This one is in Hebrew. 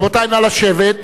רבותי, נא לשבת.